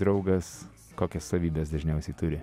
draugas kokias savybes dažniausiai turi